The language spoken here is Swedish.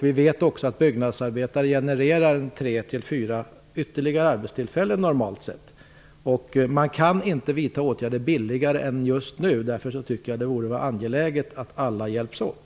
Vi vet också att byggnadsarbetare nor malt sett genererar tre fyra ytterligare arbetstill fällen. Man kan inte vidta åtgärder billigare än just nu. Därför tycker jag att det är angeläget att alla hjälps åt.